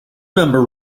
member